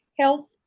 health